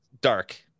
dark